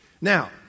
Now